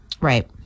Right